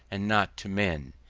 and not to men.